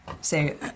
Say